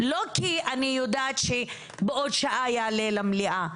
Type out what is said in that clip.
לא כי אני יודעת שבעוד שעה יעלה למליאה,